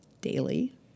Daily